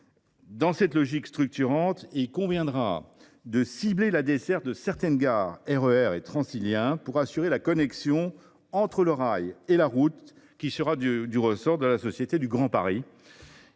Dans cette logique structurante, il conviendra de cibler la desserte de certaines gares RER et Transilien pour assurer la connexion entre le rail et la route, qui relèvera du ressort de la SGP, de SNCF Réseau